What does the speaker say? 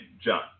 John